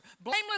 Blameless